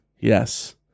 yes